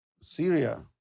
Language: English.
Syria